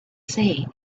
see